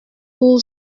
pour